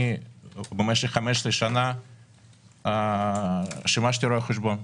אני משך 15 שנה שימשתי רואה חשבון.